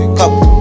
couple